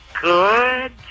good